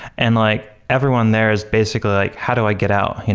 and like everyone there is basically like how do i get out,